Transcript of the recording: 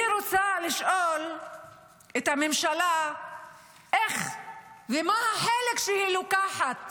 אני רוצה לשאול את הממשלה מה החלק שהיא לוקחת